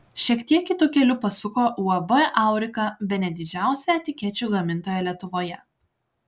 šiek tiek kitu keliu pasuko uab aurika bene didžiausia etikečių gamintoja lietuvoje